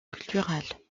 culturelle